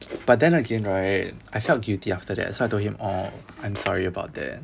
but then again right I felt guilty after that so I told him orh I'm sorry about that